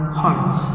hearts